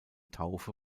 taufe